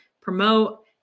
promote